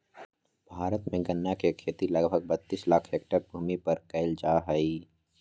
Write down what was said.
भारत में गन्ना के खेती लगभग बत्तीस लाख हैक्टर भूमि पर कइल जा हइ